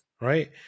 right